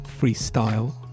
Freestyle